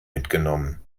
mitgenommen